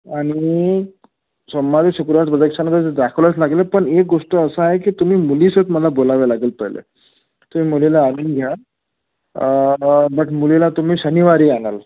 आणि सोमवारी शुक्रवारी प्रदक्षिणा कं दाखवयलाच लागेल पण एक गोष्ट असा आहे की तुम्ही मुली साथ मला बोलावे लागेल पहिले तुम्ही मुलीला आणनू घ्या बट मुलीला तुम्ही शनिवारी आणाल